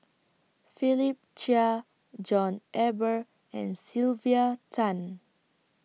Philip Chia John Eber and Sylvia Tan